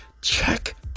Check